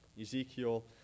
Ezekiel